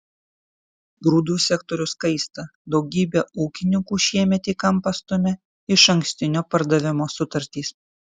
grūdų sektorius kaista daugybę ūkininkų šiemet į kampą stumia išankstinio pardavimo sutartys